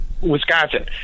Wisconsin